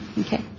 Okay